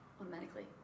automatically